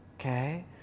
okay